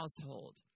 household